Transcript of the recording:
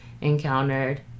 encountered